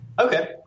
Okay